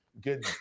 Good